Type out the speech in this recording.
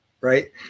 right